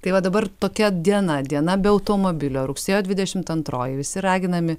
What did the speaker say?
tai va dabar tokia diena diena be automobilio rugsėjo dvidešimt antroji visi raginami